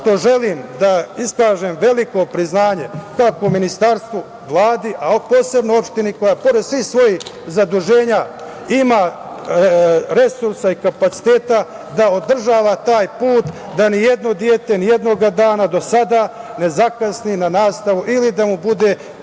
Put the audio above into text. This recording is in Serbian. što želim da iskažem veliko priznanje kako Ministarstvu, Vladi, a posebno opštini koja pored svih svojih zaduženja ima resursa i kapaciteta da održava taj put, da ni jedno dete ni jednog dana do sada ne zakasni na nastavu ili da mu bude